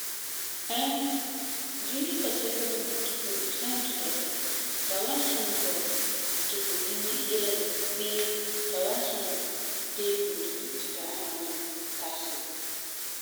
Ɛɛ, diisi kasɛka boi mɛ ti fu san dita ka ka wan suŋɛ fu ti fu nini yilegɛ bii ka wan suŋɛ fu pee fu nini ti ka ana ŋwana kasi.